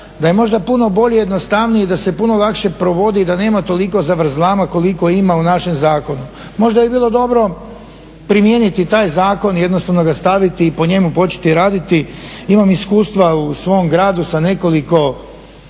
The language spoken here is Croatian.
da je možda puno bolje i jednostavnije, da se puno lakše provodi i da nema toliko zavrzlama koliko ima u našem zakonu. Možda bi bilo dobro primijeniti taj zakon, jednostavno ga staviti i po njemu početi raditi. Imam iskustva u svom gradu sa nekoliko